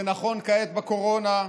זה נכון כעת בקורונה,